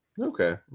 Okay